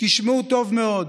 תשמעו טוב מאוד,